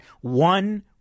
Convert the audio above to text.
one